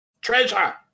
Treasure